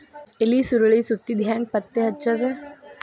ಎಲಿ ಸುರಳಿ ಸುತ್ತಿದ್ ಹೆಂಗ್ ಪತ್ತೆ ಹಚ್ಚದ?